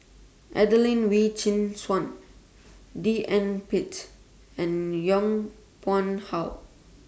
Adelene Wee Chin Suan D N Pritt and Yong Pung How